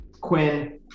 Quinn